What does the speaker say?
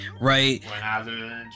right